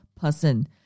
person